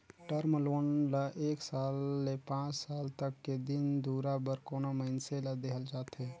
term loan ल एक साल ले पांच साल तक के दिन दुरा बर कोनो मइनसे ल देहल जाथे